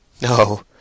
no